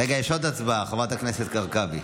רגע, יש עוד הצבעה, חברת הכנסת הרכבי.